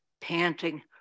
panting